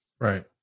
Right